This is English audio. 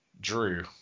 Drew